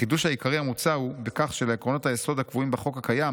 החידוש העיקרי המוצע הוא בכך שלעקרונות היסוד הקבועים בחוק הקיים,